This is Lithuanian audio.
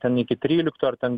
ten iki tryliktų ar ten